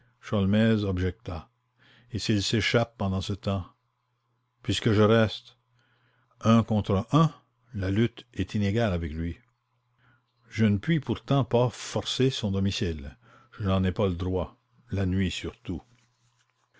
objecta et s'il s'échappe pendant ce temps puisque je reste un contre un la lutte est inégale avec lui je ne puis pourtant pas forcer son domicile je n'en ai pas le droit la nuit surtout